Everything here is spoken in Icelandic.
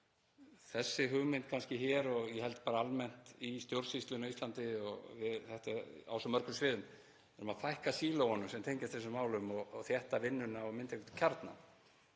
Þessi hugmynd hér og ég held bara almennt í stjórnsýslunni á Íslandi og á svo mörgum sviðum — við erum að fækka sílóunum sem tengjast þessum málum og þétta vinnuna og mynda einhvern kjarna.